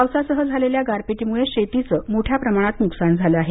पावसासह झालेल्या गारपीटीमुळे शेतीचं मोठ्या प्रमाणात न्कसान झाले आहे